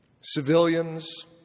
Civilians